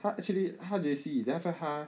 她 actually 她 J_C then after that 她